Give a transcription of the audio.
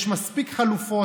יש מספיק חלופות,